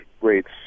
rates